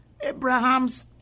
Abraham's